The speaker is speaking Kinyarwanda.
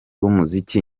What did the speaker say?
b’umuziki